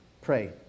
Pray